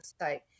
site